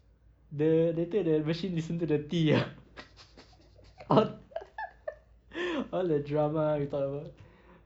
the later the machine listen too dirty ah al~ all the drama we talk about